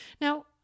Now